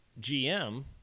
GM